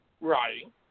Right